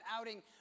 outing